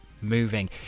Moving